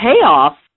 payoff